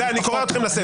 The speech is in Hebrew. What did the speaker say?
אני קורא אתכם לסדר.